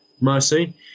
mercy